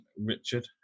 richard